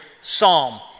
psalm